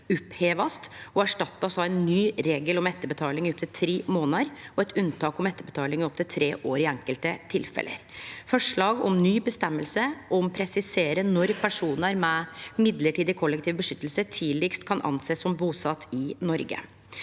oppheva og erstatta av ein ny regel om etterbetaling i opptil tre månader og eit unntak om etterbetaling i opptil tre år i enkelte tilfelle, og forslag om ei ny føresegn som presiserer når personar med midlertidig kollektiv beskyttelse tidlegast kan reknast som busette i Noreg.